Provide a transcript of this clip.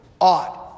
Odd